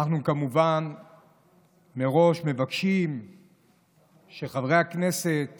אנחנו כמובן מבקשים מראש שחברי הכנסת